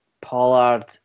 Pollard